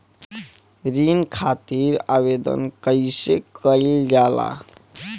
ऋण खातिर आवेदन कैसे कयील जाला?